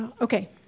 Okay